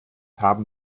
haben